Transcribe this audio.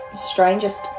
Strangest